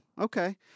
Okay